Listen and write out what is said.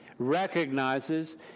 recognizes